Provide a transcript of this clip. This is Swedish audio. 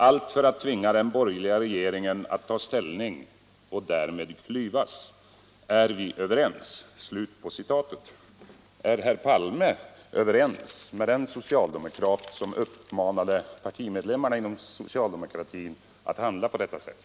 Allt för att tvinga Torsdagen den den borgerliga regeringen att ta ställning, och därmed klyvas. 20 januari 1977 Är vi överens?” borsta Rikon NN Är herr Palme överens med den socialdemokrat som uppmanade par Om användningen timedlemmarna inom socialdemokratin att handla på detta sätt?